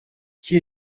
qui